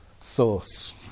source